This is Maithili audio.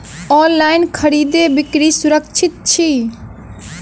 ऑनलाइन खरीदै बिक्री सुरक्षित छी